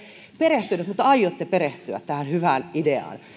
perehtynyt mutta aiotte perehtyä tähän hyvään ideaan